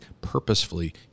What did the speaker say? purposefully